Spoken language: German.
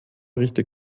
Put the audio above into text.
richtig